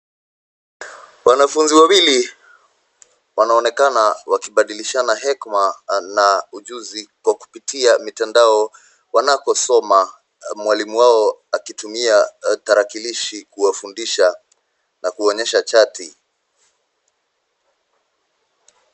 Wanafunzi wawili wanaonekana wakibadilishana hekima na ujuzi kwa kupitia mitandao wanakosoma, mwalimu wao akitumia tarakilishi kuwafundisha na kuwaonesha chati.